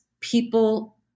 people